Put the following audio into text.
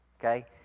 okay